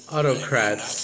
Autocrats